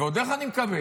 ועוד איך אני מקבל.